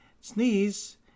sneeze